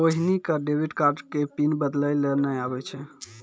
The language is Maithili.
रोहिणी क डेबिट कार्डो के पिन बदलै लेय नै आबै छै